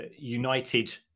United